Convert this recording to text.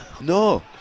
no